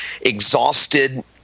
exhausted